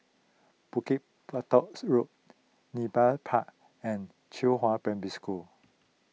Bukit Batoks Road Nepal Park and Qihua Primary School